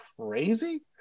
crazy